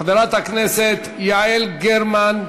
חברת הכנסת יעל גרמן,